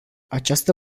această